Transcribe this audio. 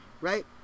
right